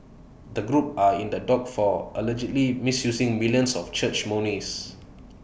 the group are in the dock for allegedly misusing millions of church monies